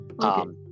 okay